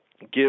give